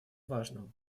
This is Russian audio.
важным